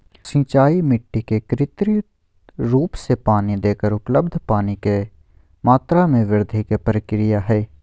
सिंचाई मिट्टी के कृत्रिम रूप से पानी देकर उपलब्ध पानी के मात्रा में वृद्धि के प्रक्रिया हई